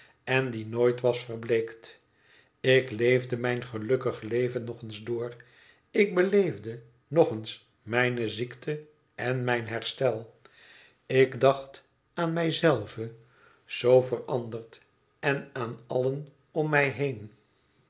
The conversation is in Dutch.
en die nooit was verbleekt ik leefde mijn gelukkig leven nog eens door ik beleefde nog eens mijne ziekte en mijn herstel ik dacht aan mij zelve zoo veranderd en aan allen om mij heen